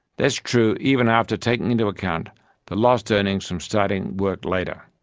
s true even after taking into account the lost earnings from starting work later.